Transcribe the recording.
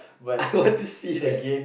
I want to see that